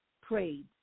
prayed